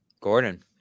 Gordon